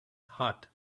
heart